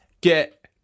get